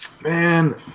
Man